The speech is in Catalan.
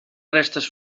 restes